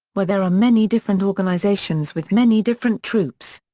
where there are many different organizations with many different troupes.